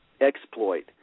exploit